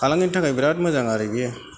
फालांगिनि थाखाय बिराद मोजां आरो बियो